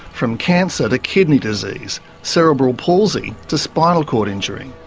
from cancer to kidney disease, cerebral palsy to spinal cord injury.